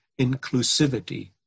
inclusivity